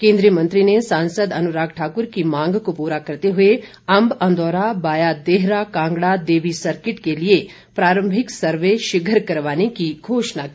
केंद्रीय मंत्री ने सांसद अनुराग ठाकुर की मांग को पूरा करते हुए अंब अंदौरा बाया देहरा कांगड़ा देवी सर्किट के लिए प्रारंभिक सर्वे शीघ्र करवाने की घोषणा की